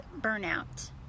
burnout